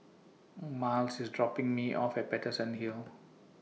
Myles IS dropping Me off At Paterson Hill